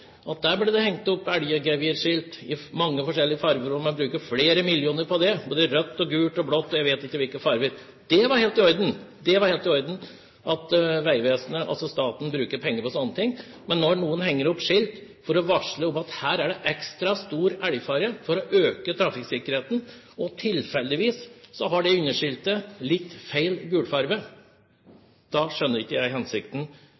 Der ble det hengt opp elggevir i mange forskjellige farger, og man brukte flere millioner kroner på det – både røde og gule og blå, jeg vet ikke hvilke farger. Det var helt i orden at Vegvesenet, altså staten, brukte penger på slike ting, men når noen henger opp skilt for å varsle om at her er det ekstra stor elgfare, for å øke trafikksikkerheten, og det underskiltet tilfeldigvis har en litt feil gulfarge – jeg skjønner ikke hensikten